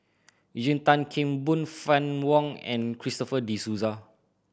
Eugene Tan Kheng Boon Fann Wong and Christopher De Souza